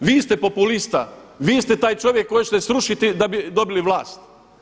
Da, vi ste populista, vi ste taj čovjek koji ćete srušiti da bi dobili vlast.